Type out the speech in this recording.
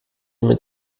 mit